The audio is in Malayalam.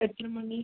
എത്ര മണി